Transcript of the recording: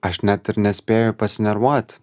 aš net ir nespėju pasinervuot